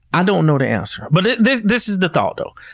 i don't know the answer. but this this is the thought, though,